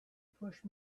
push